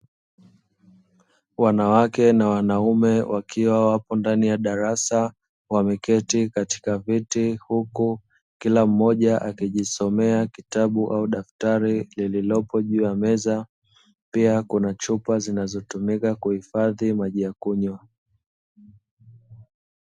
Wanawake na wanaume wakiwa wapo ndani ya darasa, wameketi katika viti huko kila mmoja akijisomea kitabu au daktari lililopo juu ya meza, pia kuna chupa zinazotumika kuhifadhi maji ya kunywa.